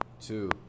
two